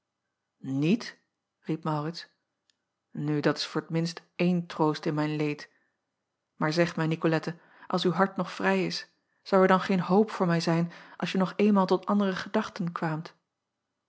iet riep aurits nu dat is voor t minst één troost in mijn leed aar zeg mij icolette als uw hart nog vrij is zou er dan geen hoop voor mij zijn dat je nog eenmaal tot andere gedachten kwaamt